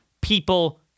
people